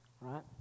right